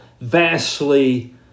vastly